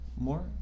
more